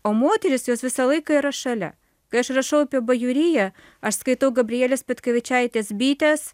o moterys jos visą laiką yra šalia kai aš rašau apie bajoriją aš skaitau gabrielės petkevičaitės bitės